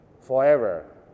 forever